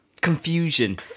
confusion